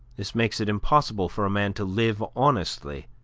this makes it impossible for a man to live honestly,